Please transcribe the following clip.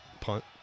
punt